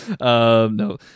No